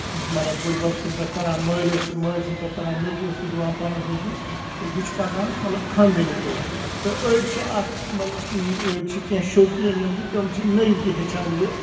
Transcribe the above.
مطلب بٔڑبب سٕندۍ پٮ۪ٹھ تران مٲلِس مٲلۍ سٕندۍ پٮ۪ٹھ تَران نیٚچوِس سُہ دِوان پَنٕنِس نیٚچوِس تہٕ یہِ چھُ پَکان مطلب خاندٲنی پٲٹھۍ تہٕ أڈۍ چھِ اَتھ مطلب أڈۍ چھِ کیٚںہہ شوقیٖن یِم چھِ تِم چھِ نٔے تہِ کیٚنہہ ہٮ۪چھان یہِ